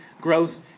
growth